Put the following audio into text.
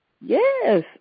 Yes